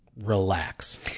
relax